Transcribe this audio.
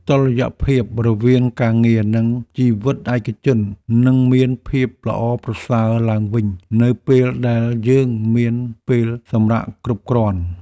តុល្យភាពរវាងការងារនិងជីវិតឯកជន នឹងមានភាពល្អប្រសើរឡើងវិញ នៅពេលដែលយើងមានពេលសម្រាកគ្រប់គ្រាន់។